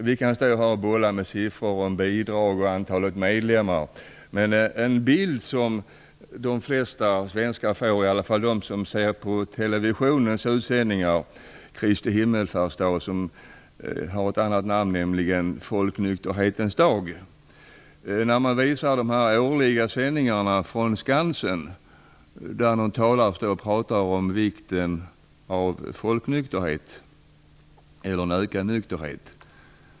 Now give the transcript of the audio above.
Vi kan bolla med siffror när det gäller bidrag och antalet medlemmar. Men en bild som de flesta svenskar får, i alla fall de som tittar på TV:s sändningar på Kristi himmelsfärdsdag - folknykterhetens dag - när de årliga sändningarna görs från Skansen är att det talas om vikten av en ökad nykterhet.